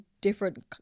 different